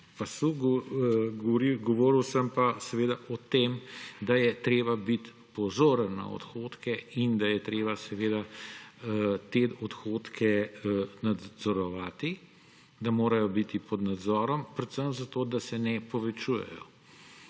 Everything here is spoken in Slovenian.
pasu, govoril sem pa o tem, da je treba biti pozoren na odhodke in da je treba seveda te odhodke nadzorovati, da morajo biti pod nadzorom, predvsem zato, da se ne povečujejo